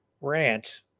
rant